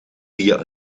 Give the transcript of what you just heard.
via